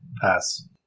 Pass